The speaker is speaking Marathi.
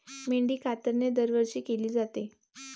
मेंढी कातरणे दरवर्षी केली जाते